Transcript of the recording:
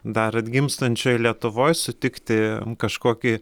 dar atgimstančioj lietuvoj sutikti kažkokį